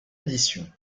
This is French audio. édition